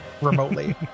remotely